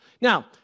Now